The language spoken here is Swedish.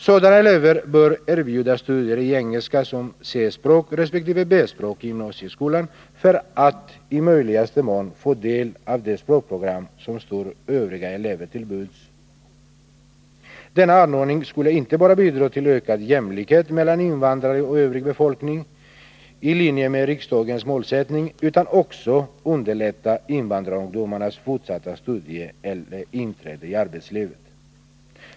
Sådana elever bör erbjudas studier i engelska som C-språk resp. B-språk i gymnasieskolan, för att i möjligaste mån få del av det språkprogram som står övriga elever till buds. Denna anordning skulle inte bara bidra till ökad jämlikhet mellan invandrare och övrig befolkning, i linje med riksdagens målsättning, utan också underlätta invandrarungdomarnas fortsatta studier eller inträde i arbetslivet.